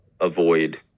avoid